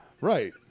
Right